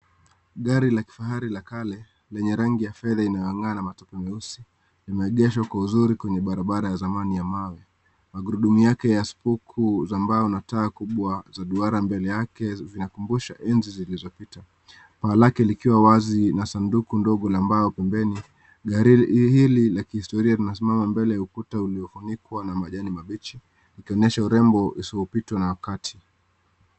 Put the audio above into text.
Gari la kifahari la kale lenye rangi ya fedha inayongaa na matakwa meusi, limeegeshwa vizuri kwenye barabara ya zamani ya mawe. Magurudumu yake ya spoku za mbao na taa kubwa za duara mbele yake zinakumbusha enzi zilizopita. Paa lake likiwa wazi na sanduku ndogo la mbao pembeni. Gari hili la kihistoria linasimama mbele ya ukuta uliofunikwa na majani mabichi ikionyesha urembo usiopitwa na wakati.